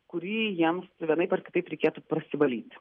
kurį jiems vienaip ar kitaip reikėtų parsivalyti